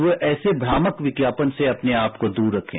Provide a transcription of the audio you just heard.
तो ऐसे भ्रामक विज्ञापन से अपने आपको दूर रखें